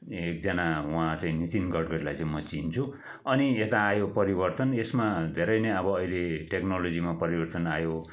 एकजाना उहाँ चाहिँ नितिन गटकडीलाई चाहिँ म चिन्छु अनि यता आयो परिवर्तन यसमा धेरै नै अब अहिले टेकनोलोजीमा परिवर्तन आयो